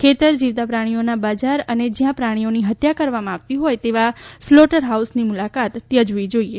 ખેતર જીવતા પ્રાણીઓના બજાર અથવા જયાં પ્રાણીની હત્યા કરવામાં આવે છે તેવા સ્લોટરની મુલાકાત ત્યજવી જોઇએ